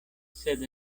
sed